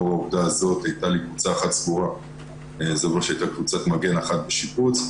הייתה קבוצת מגן אחת בשיפוץ,